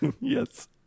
Yes